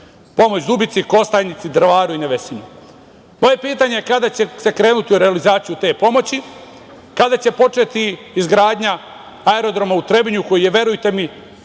Pomoć Dubici, Kostajnici, Drvaru i Nevesinju. Moje pitanje je kada će se krenuti u realizaciju te pomoći? Kada će početi izgradnja aerodroma u Trebinju koji je, verujte mi,